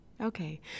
Okay